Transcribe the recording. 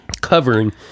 covering